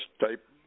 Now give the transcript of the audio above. type